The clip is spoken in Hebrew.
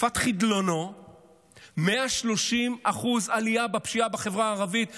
בתקופת חדלונו 130% עלייה בפשיעה בחברה הערבית ב-2023,